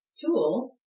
tool